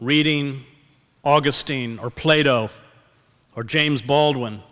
reading augustine or plato or james baldwin